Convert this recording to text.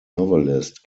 novelist